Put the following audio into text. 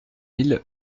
mille